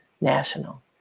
national